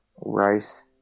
rice